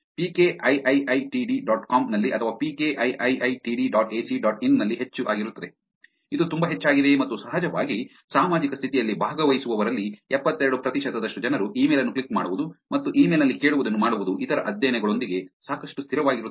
PK IIITD dot com ನಲ್ಲಿ ಅಥವಾ PK IIITD dot AC dot in ನಲ್ಲಿ ಹೆಚ್ಚು ಆಗಿರುತ್ತದೆ ಇದು ತುಂಬಾ ಹೆಚ್ಚಾಗಿದೆ ಮತ್ತು ಸಹಜವಾಗಿ ಸಾಮಾಜಿಕ ಸ್ಥಿತಿಯಲ್ಲಿ ಭಾಗವಹಿಸುವವರಲ್ಲಿ ಎಪ್ಪತ್ತೆರಡು ಪ್ರತಿಶತದಷ್ಟು ಜನರು ಇಮೇಲ್ ಅನ್ನು ಕ್ಲಿಕ್ ಮಾಡುವುದು ಮತ್ತು ಇಮೇಲ್ ನಲ್ಲಿ ಕೇಳುವದನ್ನು ಮಾಡುವುದು ಇತರ ಅಧ್ಯಯನಗಳೊಂದಿಗೆ ಸಾಕಷ್ಟು ಸ್ಥಿರವಾಗಿರುತ್ತದೆ